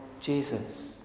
Jesus